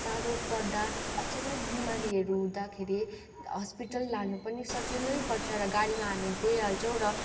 साह्रो पर्दा अचानक बिमारीहरू हुँदाखेरि हस्पिटल लानु पनि सजिलै पर्छ र गाडीमा हामी गइहाल्छौँ र